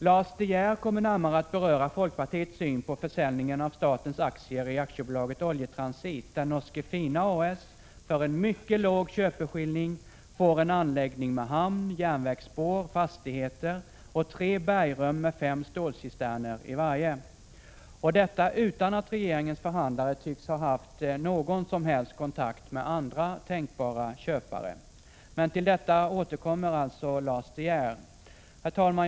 Lars De Geer kommer närmare att beröra folkpartiets syn på försäljningen av statens aktier i AB Oljetransit, där Norske Fina A/S för en mycket låg köpeskilling får en anläggning med hamn, järnvägsspår, fastigheter och tre bergrum med fem stålcisterner i varje. Detta sker utan att regeringens förhandlare tycks ha haft någon som helst kontakt med andra tänkbara köpare. Till detta återkommer alltså Lars De Geer. Herr talman!